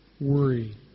worry